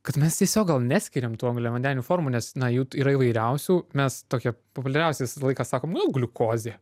kad mes tiesiog gal neskiriam tų angliavandenių formų nes na jų yra įvairiausių mes tokią populiariausią visą laiką sakom nu gliukozė